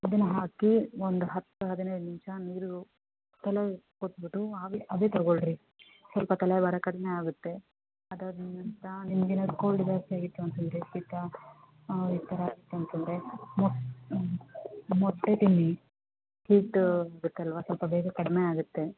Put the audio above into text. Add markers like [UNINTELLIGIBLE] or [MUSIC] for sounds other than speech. ಅದನ್ನು ಹಾಕಿ ಒಂದು ಹತ್ತು ಹದಿನೈದು ನಿಮಿಷ ನೀರು ತಲೆ ಕೊಟ್ಟುಬಿಟ್ಟು ಆವಿ ಹಬೆ ತಗೊಳ್ಳಿರಿ ಸ್ವಲ್ಪ ತಲೆಭಾರ ಕಡಿಮೆ ಆಗುತ್ತೆ ಅದು ಅದಾದ ನಂತರ ನಿಮ್ಗೆ ಏನಾದರೂ ಕೋಲ್ಡ್ ಜಾಸ್ತಿ ಆಗಿತ್ತು ಅಂತಂದರೆ ಶೀತ ಈ ಥರ [UNINTELLIGIBLE] ಅಂತಂದರೆ ಮೊಟ್ಟೆ ತಿನ್ನಿ ಹೀಟು ಬೇಕಲ್ಲವಾ ಸ್ವಲ್ಪ ಬೇಗ ಕಡಿಮೆ ಆಗುತ್ತೆ